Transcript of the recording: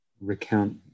recount